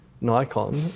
Nikon